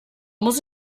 muss